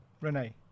Renee